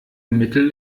mittel